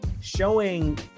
showing